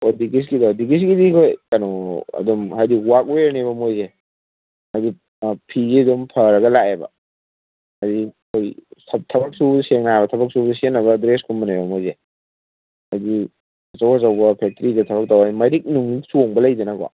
ꯑꯣ ꯕꯤꯀꯤꯁꯀꯤꯗꯣ ꯕꯤꯀꯤꯁꯀꯤꯗꯤ ꯑꯩꯈꯣꯏ ꯀꯩꯅꯣ ꯑꯗꯨꯝ ꯍꯥꯏꯗꯤ ꯋꯥꯔꯛ ꯋꯦꯌꯔꯅꯦꯕ ꯃꯣꯏꯁꯦ ꯍꯥꯏꯗꯤ ꯐꯤꯁꯦ ꯑꯗꯨꯝ ꯐꯔꯒ ꯂꯥꯛꯑꯦꯕ ꯍꯥꯏꯗꯤ ꯑꯩꯈꯣꯏ ꯊꯕꯛꯁꯨꯕ ꯁꯦꯡꯅ ꯍꯥꯏꯔꯕꯗ ꯊꯕꯛ ꯁꯨꯕꯗ ꯁꯤꯖꯤꯟꯅꯕ ꯗ꯭ꯔꯦꯁꯀꯨꯝꯕꯅꯦꯕ ꯃꯣꯏꯁꯦ ꯍꯥꯏꯗꯤ ꯑꯆꯧ ꯑꯆꯧꯕ ꯐꯦꯛꯇ꯭ꯔꯤꯗ ꯊꯕꯛ ꯇꯧꯕ ꯃꯩꯔꯤꯛ ꯅꯨꯛꯂꯤꯛ ꯆꯣꯡꯕ ꯂꯩꯗꯅꯀꯣ